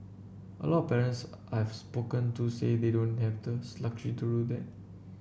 a lot of parents I have spoken to say they don't have the luxury to do that